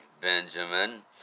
Benjamin